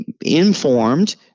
informed